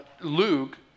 Luke